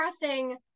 pressing